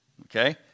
Okay